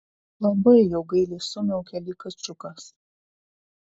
labai jau gailiai sumiaukė lyg kačiukas